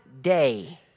day